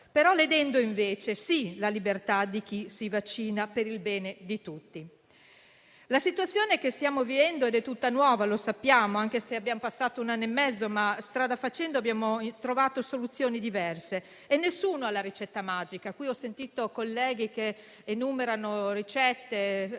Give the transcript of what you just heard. ledendo invece quella di chi si vaccina per il bene di tutti. La situazione che stiamo vivendo è tutta nuova, lo sappiamo, anche se è già passato un anno e mezzo; strada facendo, abbiamo trovato soluzioni diverse e nessuno ha la ricetta magica. Ho sentito colleghi enumerare ricette,